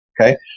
Okay